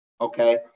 okay